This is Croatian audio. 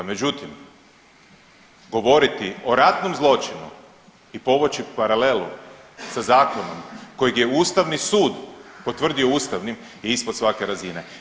Međutim, govoriti o ratnom zločinu i povući paralelu sa zakonom kojeg je Ustavni sud potvrdio ustavnim je ispod svake razine.